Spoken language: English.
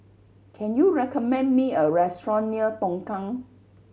can you recommend me a restaurant near Tongkang